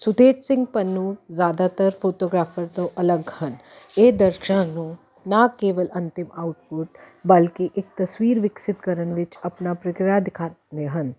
ਸੁਤੇਤ ਸਿੰਘ ਪੰਨੂ ਜ਼ਿਆਦਾਤਰ ਫੋਤੋਗਰਾਫਰ ਤੋਂ ਅਲੱਗ ਹਨ ਇਹ ਦਰਸ਼ਕਾਂ ਨੂੰ ਨਾ ਕੇਵਲ ਅੰਤਿਮ ਆਊਟਪੁੱਟ ਬਲਕਿ ਇੱਕ ਤਸਵੀਰ ਵਿਕਸਿਤ ਕਰਨ ਵਿੱਚ ਆਪਣੀ ਪ੍ਰਕਿਰਿਆ ਦਿਖਾਉਂਦੇ ਹਨ